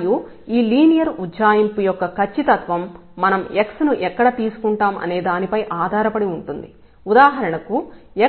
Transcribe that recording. మరియు ఈ లీనియర్ ఉజ్జాయింపు యొక్క ఖచ్చితత్వం మనం x ను ఎక్కడ తీసుకుంటాం అనే దానిపై ఆధారపడి ఉంటుంది ఉదాహరణకు